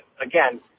again